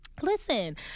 Listen